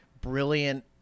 brilliant